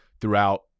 throughout